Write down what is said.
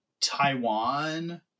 Taiwan